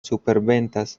superventas